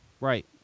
Right